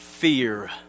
fear